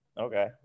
okay